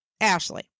Ashley